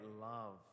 love